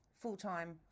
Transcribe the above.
full-time